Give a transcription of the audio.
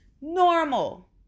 normal